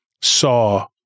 saw